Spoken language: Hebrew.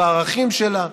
בערכים שלה,